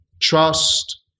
trust